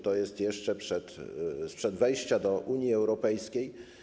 To jest jeszcze sprzed wejścia do Unii Europejskiej.